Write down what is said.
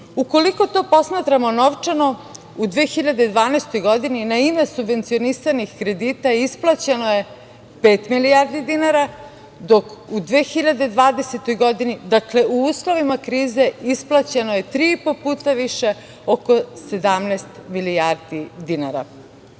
Ukoliko to posmatramo novčano, u 2012. godine na ime subvencionisanih kredita isplaćeno je pet milijardi dinara, dok u 2020. godini, dakle, u uslovima krize, isplaćeno je tri i po puta više, oko 17 milijardi dinara. Dakle,